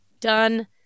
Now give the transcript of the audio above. done